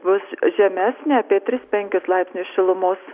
bus žemesnė apie tris penkis laipsnius šilumos